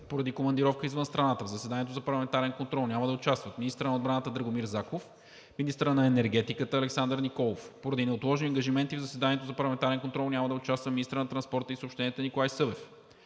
поради командировка извън страната в заседанието за парламентарен контрол няма да участват министърът на отбраната Драгомир Заков и министърът на енергетиката Александър Николов. Поради неотложни ангажименти в заседанието за парламентарен контрол няма да участва министърът на транспорта и съобщенията Николай Събев.